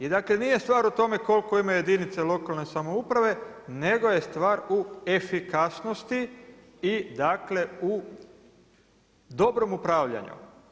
I dakle nije stvar u tome koliko ima jedinica lokalne samouprave nego je stvar u efikasnosti i dakle u dobrom upravljanju.